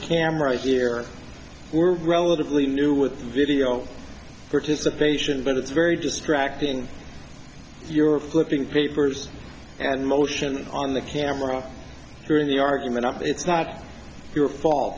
cameras here we're relatively new with video participation but it's very distracting you're flipping papers and motion on the camera during the argument up it's not your fault